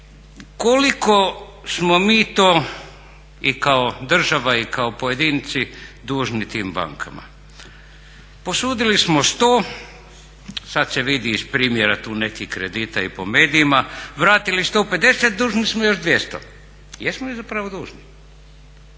Koliko smo mi to i kao država i kao pojedinci dužni tim bankama? Posudili smo 100, sad se vidi iz primjera tu nekih kredita i po medijima, vratili ste opet 10, dužni smo još 200. Jesmo li zapravo dužni